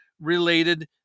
related